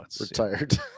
retired